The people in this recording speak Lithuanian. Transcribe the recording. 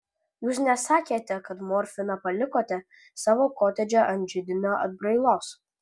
jūs nesakėte kad morfiną palikote savo kotedže ant židinio atbrailos